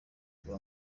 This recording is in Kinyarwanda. bwa